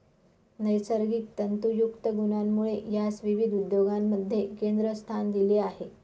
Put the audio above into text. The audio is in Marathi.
नैसर्गिक तंतुयुक्त गुणांमुळे यास विविध उद्योगांमध्ये केंद्रस्थान दिले आहे